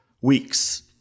weeks